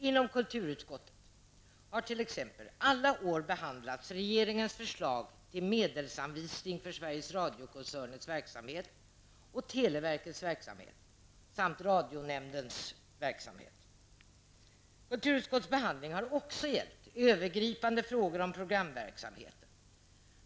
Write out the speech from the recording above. Inom kulturutskottet har under alla år behandlats t.ex. regeringens förslag till medelsanvisning för Kulturutskottets behandling har också gällt övergripande frågor om programverksamheten.